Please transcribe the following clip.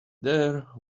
there